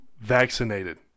vaccinated